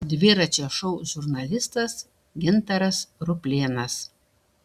dviračio šou žurnalistas gintaras ruplėnas